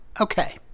Okay